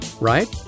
right